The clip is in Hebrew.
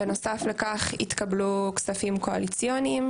בנוסף לכך, התקבלו כספים קואליציוניים.